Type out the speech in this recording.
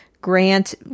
Grant